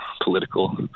political